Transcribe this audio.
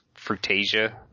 frutasia